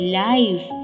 life